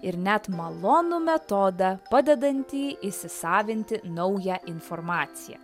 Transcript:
ir net malonų metodą padedantį įsisavinti naują informaciją